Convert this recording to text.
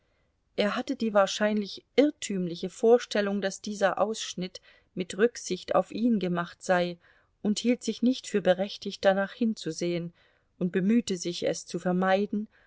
er hatte die wahrscheinlich irrtümliche vorstellung daß dieser ausschnitt mit rücksicht auf ihn gemacht sei und hielt sich nicht für berechtigt danach hinzusehen und bemühte sich es zu vermeiden